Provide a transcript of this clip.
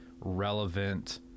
relevant